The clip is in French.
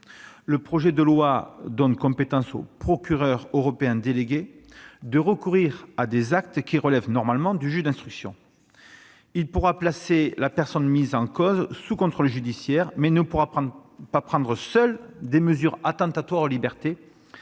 Le projet de loi donne compétence au procureur européen délégué pour recourir à des actes qui relèvent normalement du juge d'instruction. Il pourra placer la personne mise en cause sous contrôle judiciaire mais ne pourra pas prendre seul des mesures attentatoires aux libertés